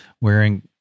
wearing